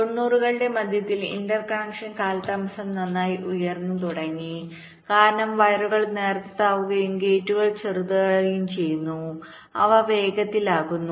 90 കളുടെ മധ്യത്തിൽ ഇന്റർകണക്ഷൻ കാലതാമസം നന്നായി ഉയർന്നു തുടങ്ങി കാരണം വയറുകൾ നേർത്തതാകുകയും ഗേറ്റുകൾ ചെറുതാകുകയും ചെയ്യുന്നു അവ വേഗത്തിലാകുന്നു